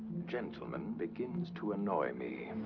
gentleman begins to annoy me.